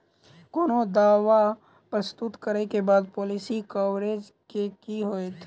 कोनो दावा प्रस्तुत करै केँ बाद पॉलिसी कवरेज केँ की होइत?